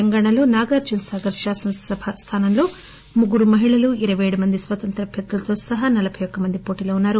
తెలంగాణాలో నాగార్టునసాగర్ శాసనసభ స్థానాల్లో ముగ్గురు మహిళలు ఇరవై ఏడు మంది స్వతంత్ర అభ్యర్థులతో సహా నలబై ఒక్క మంది పోటీలో ఉన్నారు